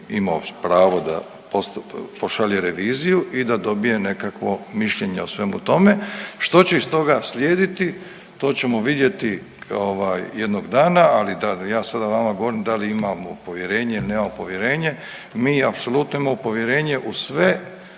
imao pravo da pošalje reviziju i da dobije nekakvo mišljenje o svemu tome. Što će iz toga slijediti to ćemo vidjeti jednog dana, ali da ja sada vama govorim da li imamo povjerenje, nemamo povjerenje mi apsolutno imamo povjerenje u sve